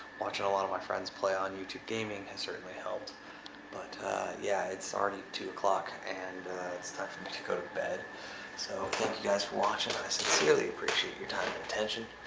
watching a lot of my friends play on you tube gaming has certainly helped but yeah, it's already two zero and it's time for me to go to bed so thank you guys for watching. i sincerely appreciate your time and attention.